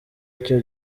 icyo